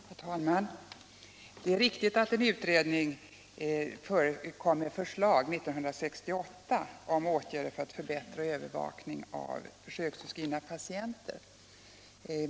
Herr talman! Det är riktigt att en utredning år 1968 lade fram förslag om åtgärder för att förbättra övervakning av försöksutskrivna patienter.